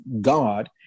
God